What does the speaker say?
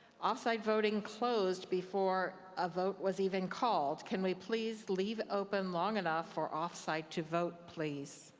off-site voting closed before a vote was even called. can we please leave open long enough for off-site to vote, please?